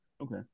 Okay